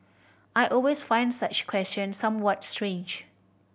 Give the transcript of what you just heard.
I always find such questions somewhat strange